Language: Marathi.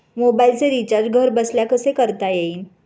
मोबाइलचे रिचार्ज घरबसल्या कसे करता येईल?